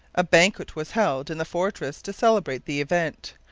a banquet was held in the fortress to celebrate the event,